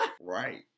Right